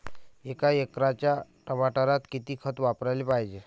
एका एकराच्या टमाटरात किती खत वापराले पायजे?